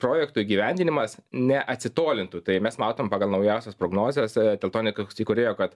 projekto įgyvendinimas neatsitolintų tai mes matom pagal naujausias prognozes teltonikos įkūrėjo kad